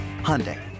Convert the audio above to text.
Hyundai